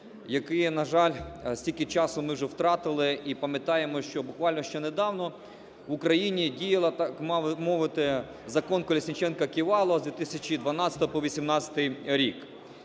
який, на жаль, стільки часу ми вже втратили. І пам'ятаємо, що буквально ще недавно в Україні діяв, так би мовити, Закон "Колесніченка-Ківалова" з 2012 по 18-й рік.